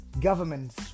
governments